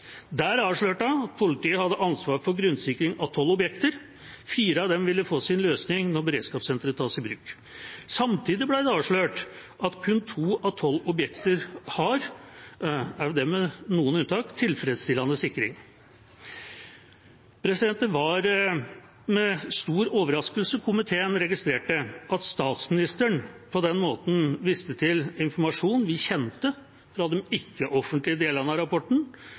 Der avslørte hun at politiet hadde ansvaret for grunnsikringen av tolv objekter, fire av dem ville få sin løsning når beredskapssenteret tas i bruk. Samtidig ble det avslørt at kun to av tolv objekter har – også det med noen unntak – tilfredsstillende sikring. Det var med stor overraskelse komiteen registrerte at statsministeren på den måten viste til informasjon vi kjente fra de ikke-offentlige delene av rapporten,